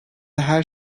her